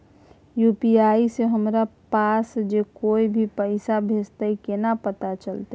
UPI से हमरा पास जे कोय भी पैसा भेजतय केना पता चलते?